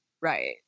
Right